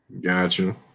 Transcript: Gotcha